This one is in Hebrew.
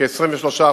כ-23%,